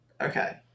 Okay